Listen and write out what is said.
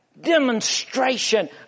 demonstration